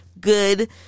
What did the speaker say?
good